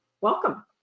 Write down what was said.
welcome